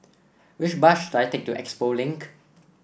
which bus should I take to Expo Link